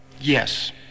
Yes